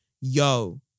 Yo